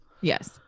Yes